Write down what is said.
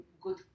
good